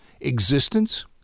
existence